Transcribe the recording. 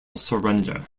surrender